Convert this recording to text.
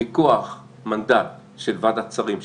מכוח מנדט של ועדת שרים,